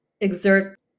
exert